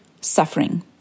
suffering